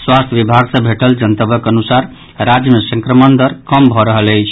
स्वास्थ्य विभाग सँ भेटल जनतबक अनुसार राज्य मे संक्रमण दर कम भऽ रहल अछि